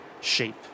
shape